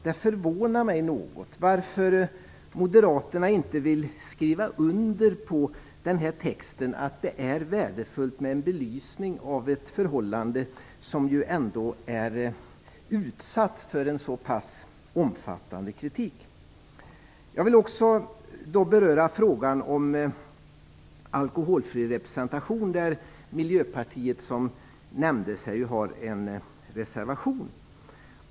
Det förvånar mig något att moderaterna inte vill ställa sig bakom att det är värdefullt med en belysning av ett förhållande som är utsatt för en så omfattande kritik. Jag vill också beröra frågan om alkoholfri representation, där Miljöpartiet, som nämnts här, har avgivit en reservation.